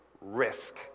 Risk